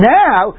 now